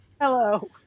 Hello